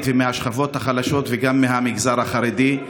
ומהשכבות החלשות וגם מהמגזר החרדי.